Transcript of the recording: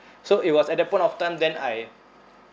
so it was at that point of time then I